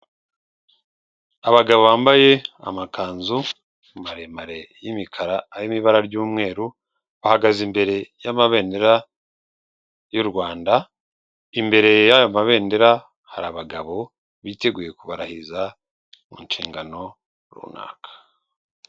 Abagabo bambaye amakanzu maremare y'imikara arimo ibara ry'umweru, bahagaze imbere y'amabendera y'u Rwanda, imbere y'ayo mabendera hari abagabo biteguye kubarahiza mu nshingano runaka.